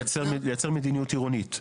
לייצר מדיניות עירונית,